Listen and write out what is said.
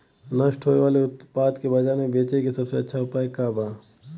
नष्ट होवे वाले उतपाद के बाजार में बेचे क सबसे अच्छा उपाय का हो?